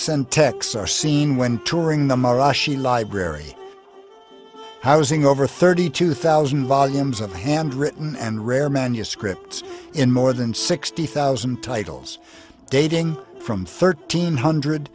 centex are seen when touring the marashi library housing over thirty two thousand volumes of handwritten and rare manuscript in more than sixty thousand titles dating from thirteen hundred